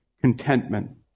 contentment